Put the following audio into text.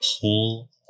pull